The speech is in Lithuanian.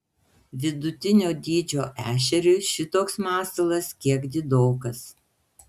vidutinio dydžio ešeriui šitoks masalas kiek didokas